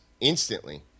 instantly